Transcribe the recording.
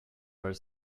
are